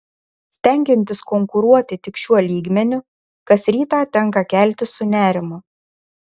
stengiantis konkuruoti tik šiuo lygmeniu kas rytą tenka keltis su nerimu